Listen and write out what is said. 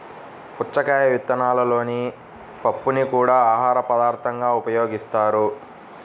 పుచ్చకాయ విత్తనాలలోని పప్పుని కూడా ఆహారపదార్థంగా ఉపయోగిస్తారు